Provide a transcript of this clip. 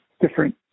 different